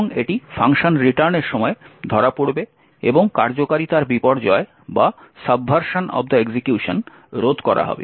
এবং এটি ফাংশন রিটার্নের সময় ধরা পড়বে এবং কার্যকারিতার বিপর্যয় রোধ করা হবে